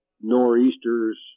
nor'easters